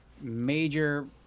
major